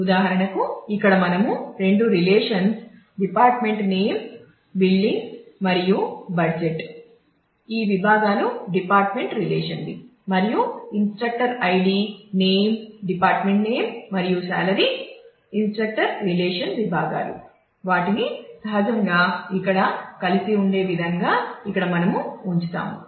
ఉదాహరణకు ఇక్కడ మనము రెండు రిలేషన్స్ డిపార్ట్మెంట్ నేమ్ విభాగాలు వాటిని సహజంగా ఇక్కడ కలిసి ఉండే విధంగా ఇక్కడ మనము ఉంచుతాము